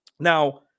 Now